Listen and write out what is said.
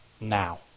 now